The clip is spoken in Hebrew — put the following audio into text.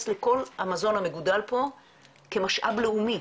לכל המזון המגודל פה כמשאב לאומי.